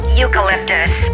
eucalyptus